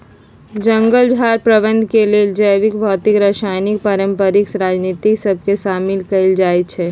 जंगल झार प्रबंधन के लेल जैविक, भौतिक, रासायनिक, पारंपरिक रणनीति सभ के शामिल कएल जाइ छइ